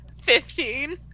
Fifteen